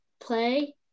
play